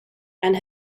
and